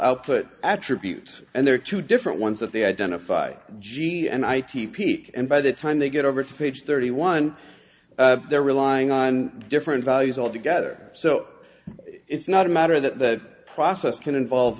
output attribute and there are two different ones that they identify g and i t peek and by the time they get over to page thirty one they're relying on different values altogether so it's not a matter that the process can involve